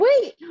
wait